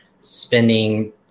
spending